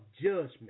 judgment